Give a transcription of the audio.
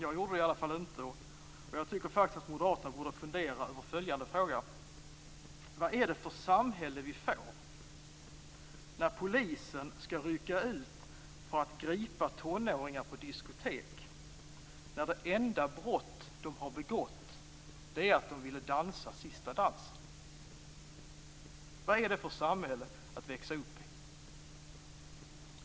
Jag gjorde det i alla fall inte, och jag tycker faktiskt att moderaterna borde fundera över följande fråga: Vad är det för samhälle vi får när polisen skall rycka ut för att gripa tonåringar på diskotek, när det enda brott som de har begått är att de ville dansa sista dansen? Vad är det för samhälle att växa upp i?